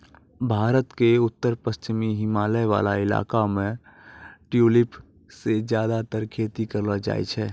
भारत के उत्तर पश्चिमी हिमालय वाला इलाका मॅ ट्यूलिप के ज्यादातर खेती करलो जाय छै